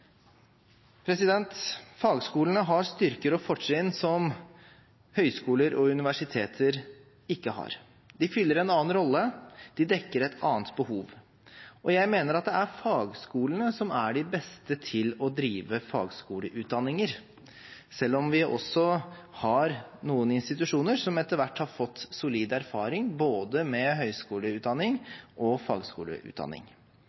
Fagskolene har styrker og fortrinn som høyskoler og universiteter ikke har. De fyller en annen rolle, de dekker et annet behov. Jeg mener at det er fagskolene som er de beste til å drive fagskoleutdanninger, selv om vi også har noen institusjoner som etter hvert har fått solid erfaring både med